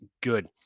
good